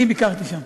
אני ביקרתי שם